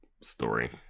story